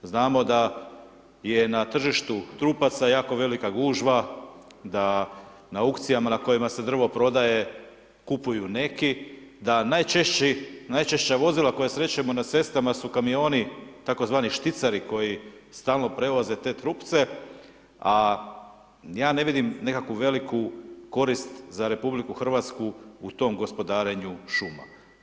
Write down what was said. Znamo da je na tržištu trupaca jako velika gužva, da na aukcijama na kojima se drvo prodaje kupuju neki, da najčešća vozila koja srećemo na cestama su kamioni tzv. šticeri koji stalno prevoze te trupce, a ja ne vidim nekakvu veliku korist za Republiku Hrvatsku u tom gospodarenju šuma.